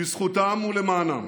בזכותם ולמענם